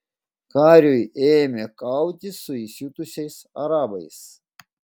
kariui ėmė kautis su įsiutusiais arabais